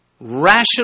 Rational